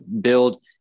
build